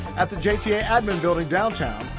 at the jta admin building downtown,